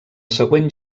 següent